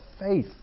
faith